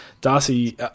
Darcy